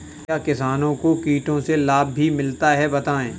क्या किसानों को कीटों से लाभ भी मिलता है बताएँ?